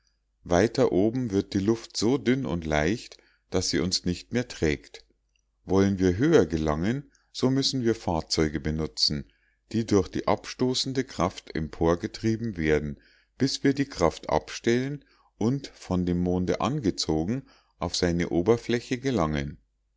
weiter oben wird die luft so dünn und leicht daß sie uns nicht mehr trägt wollen wir höher gelangen so müssen wir fahrzeuge benutzen die durch die abstoßende kraft emporgetrieben werden bis wir die kraft abstellen und von dem monde angezogen auf seine oberfläche gelangen